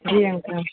जी uncle